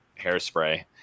hairspray